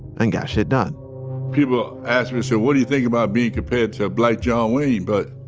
and got shit done people ask me, so what do you think about being compared to a black john wayne? but